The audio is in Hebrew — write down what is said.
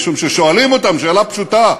משום ששואלים שאלה פשוטה: